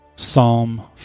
Psalm